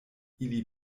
ili